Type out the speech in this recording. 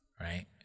right